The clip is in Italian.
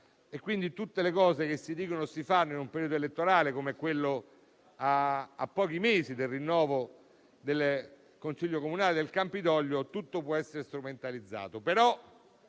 tutte le cose che si dicono e si fanno in un periodo elettorale, come è quello a pochi mesi dal rinnovo del Consiglio comunale del Campidoglio, forse può essere strumentalizzato,